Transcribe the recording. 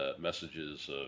messages